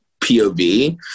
pov